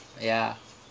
ya